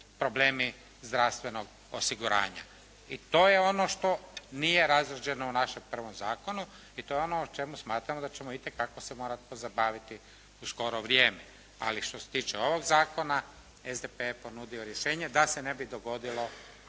problemi zdravstvenog osiguranja. I to je ono što nije razrađeno u našem prvom zakonu i to je ono o čemu smatramo da ćemo itekako se morati pozabaviti u skoro vrijeme. Ali što se tiče ovog zakona SDP je ponudio rješenje da se ne bi dogodilo